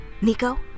Nico